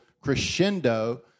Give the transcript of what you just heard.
crescendo